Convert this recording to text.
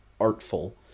artful